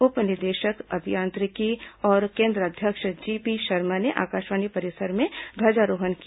उप निदेशक अभियांत्रिकी और केन्द्राध्यक्ष जीपी शर्मा ने आकाषवाणी परिसर में ध्वजारोहण किया